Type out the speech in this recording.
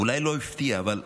אולי לא הפתיע אבל אתה,